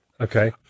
Okay